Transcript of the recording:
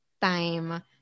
time